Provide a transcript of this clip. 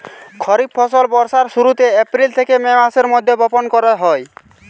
খরিফ ফসল বর্ষার শুরুতে, এপ্রিল থেকে মে মাসের মধ্যে বপন করা হয়